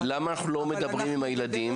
אבל --- למה אנחנו לא מדברים עם הילדים,